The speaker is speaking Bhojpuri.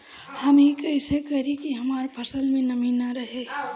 हम ई कइसे करी की हमार फसल में नमी ना रहे?